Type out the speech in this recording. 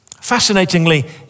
Fascinatingly